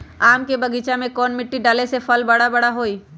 आम के बगीचा में कौन मिट्टी डाले से फल बारा बारा होई?